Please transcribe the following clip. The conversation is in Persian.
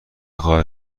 خواهد